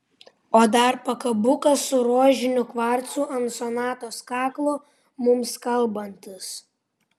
o dar pakabukas su rožiniu kvarcu ant sonatos kaklo mums kalbantis